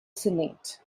senate